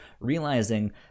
realizing